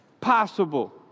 possible